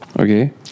Okay